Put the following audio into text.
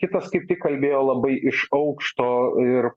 kitas kaip tik kalbėjo labai iš aukšto ir